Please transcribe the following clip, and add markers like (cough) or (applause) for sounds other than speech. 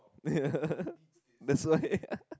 yeah (laughs) that's why (laughs)